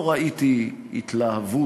לא ראיתי התלהבות,